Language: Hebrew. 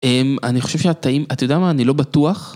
אני חושב שהיה טעים, אתה יודע מה, אני לא בטוח.